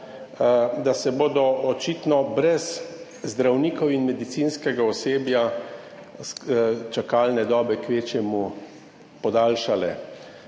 da se bodo očitno brez zdravnikov in medicinskega osebja čakalne dobe kvečjemu podaljšale